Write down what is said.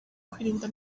kwirinda